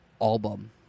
album